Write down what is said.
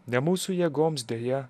ne mūsų jėgoms deja